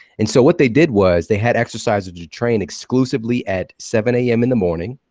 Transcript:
and so what they did was they had exercisers to train exclusively at seven a m. in the morning,